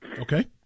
Okay